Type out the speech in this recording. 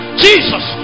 jesus